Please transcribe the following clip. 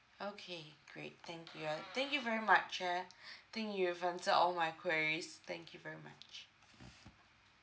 okay great thank you uh thank you very much ah I think you've answered all my queries thank you very much